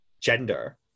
gender